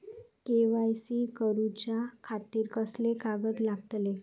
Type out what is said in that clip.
KYC करूच्या खातिर कसले कागद लागतले?